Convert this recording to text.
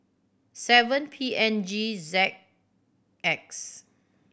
seven P N G Z X